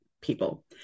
people